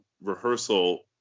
rehearsal